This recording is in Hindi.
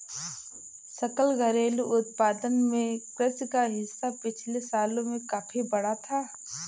सकल घरेलू उत्पाद में कृषि का हिस्सा पिछले सालों में काफी बढ़ा है